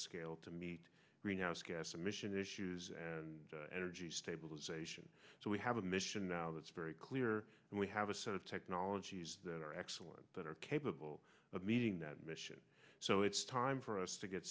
scale to meet greenhouse gas emission issues energy stabilization so we have a mission now that's very clear and we have a set of technologies that are excellent that are capable of meeting that mission so it's time for us to get